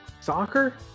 Soccer